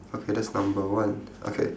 okay that's number one okay